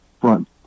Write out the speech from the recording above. front